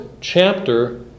chapter